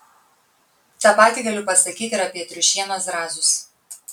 tą patį galiu pasakyti ir apie triušienos zrazus